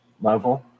level